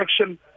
action